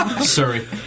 Sorry